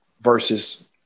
versus